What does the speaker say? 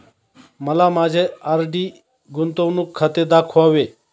मला माझे आर.डी गुंतवणूक खाते दाखवावे